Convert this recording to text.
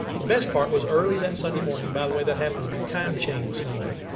the best part was early that sunday morning. by the way that happened to be time change sunday.